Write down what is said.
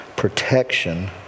Protection